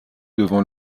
devant